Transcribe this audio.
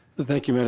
thank you mme.